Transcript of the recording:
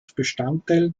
bestandteil